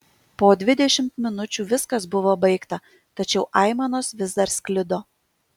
po dvidešimt minučių viskas buvo baigta tačiau aimanos vis dar sklido